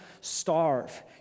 starve